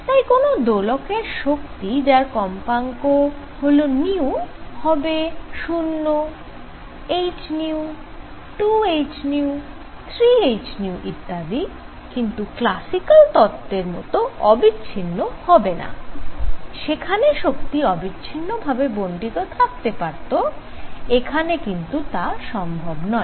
তাই কোন দোলকের শক্তি যার কম্পাঙ্ক হল নিউ হবে 0 h 2 h 3 h ইত্যাদি কিন্তু ক্লাসিকাল তত্ত্বের মত অবিচ্ছিন্ন হবেনা সেখানে শক্তি অবিচ্ছিন্ন ভাবে বণ্টিত থাকতে পারত এখানে কিন্তু তা সম্ভব নয়